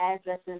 addresses